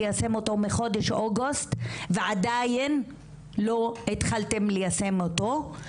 מיושם מחודש אוגוסט ועדיין לא התחלתם ליישם אותו.